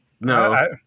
No